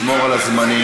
לשמור על הזמנים.